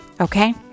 okay